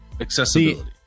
accessibility